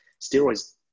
steroids